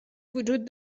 وجود